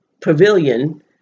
pavilion